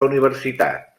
universitat